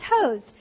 toes